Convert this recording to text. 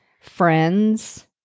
friends